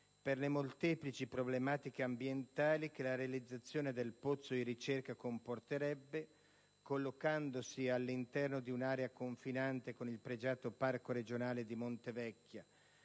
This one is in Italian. «delle molteplici problematiche ambientali che la realizzazione del pozzo di ricerca comporterebbe, collocandosi all'interno di un area confinante con il pregiato Parco regionale di Montevecchia